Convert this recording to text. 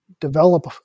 develop